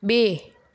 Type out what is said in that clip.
બે